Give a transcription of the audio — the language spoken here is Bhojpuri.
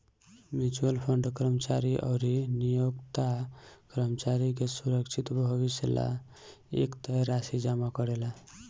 म्यूच्यूअल फंड कर्मचारी अउरी नियोक्ता कर्मचारी के सुरक्षित भविष्य ला एक तय राशि जमा करेला